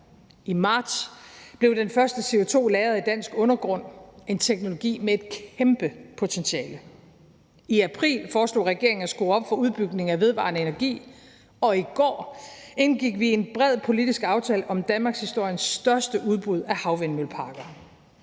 I marts blev den første CO2 lagret i den danske undergrund. Det er en teknologi med et kæmpe potentiale. I april foreslog regeringen at skrue op for udbygningen af vedvarende energi, og i går indgik vi en bred politisk aftale om danmarkshistoriens største udbud af havvindmølleparker.